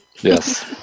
Yes